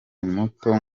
muto